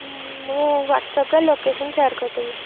ମୁଁ ହ୍ୱାଟସଅପ୍ରେ location share କରିଦେବି